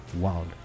world